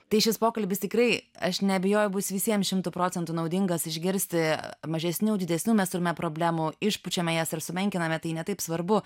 tai šis pokalbis tikrai aš neabejoju bus visiems šimtu procentų naudingas išgirsti mažesnių didesnių mes turime problemų išpučiame jas ar sumenkiname tai ne taip svarbu